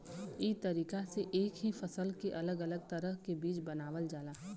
ई तरीका से एक ही फसल के अलग अलग तरह के बीज बनावल जाला